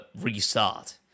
restart